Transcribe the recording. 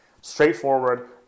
straightforward